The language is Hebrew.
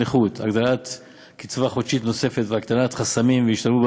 שמסיתים יום-יום נגד חיילינו,